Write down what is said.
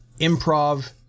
improv